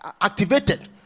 activated